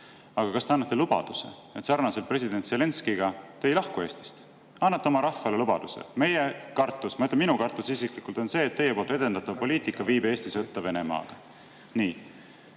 Aga kas te annate lubaduse sarnaselt president Zelenskõiga, et te ei lahku Eestist, annate oma rahvale lubaduse? Meie kartus, ma ütlen, ka minu kartus isiklikult on see, et teie edendatav poliitika viib Eesti sõtta Venemaaga. Nii.